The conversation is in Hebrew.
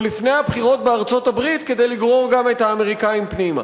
לפני הבחירות בארצות-הברית כדי לגרור גם את האמריקנים פנימה.